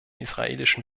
israelischen